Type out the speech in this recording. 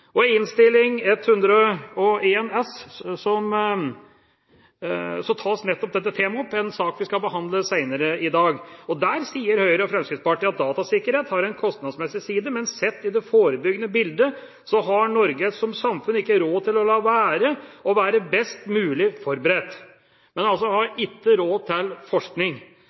S tas nettopp dette temaet opp – i en sak vi skal behandle senere i dag. Der sier Høyre og Fremskrittspartiet at «datasikkerhet har en kostnadsmessig side, men sett i det forebyggende bildet så har Norge som samfunn ikke råd til å la være å være best mulig forberedt». Men man har altså ikke råd til forskning.